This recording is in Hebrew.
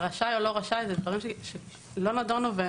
רשאי או לא רשאי, זה דברים שלא נדונו.